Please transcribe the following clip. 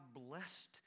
blessed